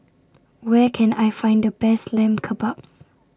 Where Can I Find The Best Lamb Kebabs